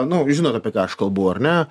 nu žinot apie ką aš kalbu ar ne